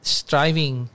striving